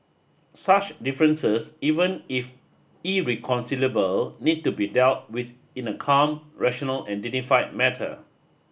such differences even if irreconcilable need to be dealt with in a calm rational and dignified matter